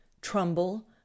Trumbull